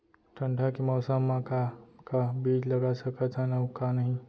ठंडा के मौसम मा का का बीज लगा सकत हन अऊ का नही?